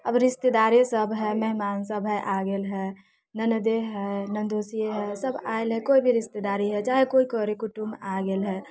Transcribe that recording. अब रिश्तेदारे सब हय मेहमान सब हय आ गेल हय ननदे हय नन्दोसी हय सब आयल हय कोइ भी रिश्तेदारी हय चाहे कोय करे कूटुम्ब आ गेल हय